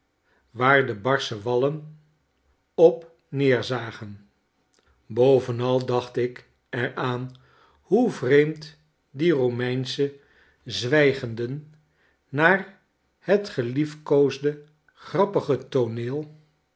waar de barsche wallen op neerzagen bovenal dacht ik er aan hoe vreemd die romeinsche zwijgenden naar het geliefkoosde grappige tooneel